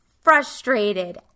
frustrated